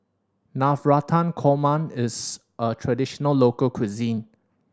Navratan Korma is a traditional local cuisine